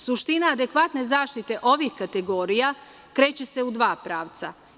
Suština adekvatne zaštite ovih kategorija kreće se u dva pravca.